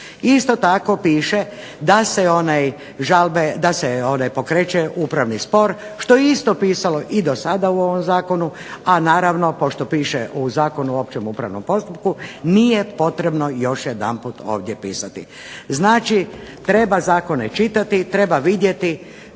Isto tako piše da se pokreće upravni spor što je isto pisalo i do sada u ovom zakonu, a naravno pošto piše u Zakonu o općem upravnom postupku nije potrebno još jedanput ovdje pisati. Znači treba zakone čitati, treba vidjeti,